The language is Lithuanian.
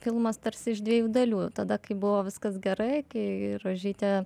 filmas tarsi iš dviejų dalių tada kai buvo viskas gerai kai rožytė